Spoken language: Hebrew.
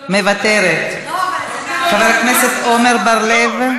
מוותרת, חבר הכנסת עמר בר-לב,